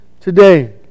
today